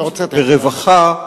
ברווחה,